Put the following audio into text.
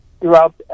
throughout